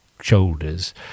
shoulders